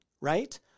right